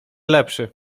lepszy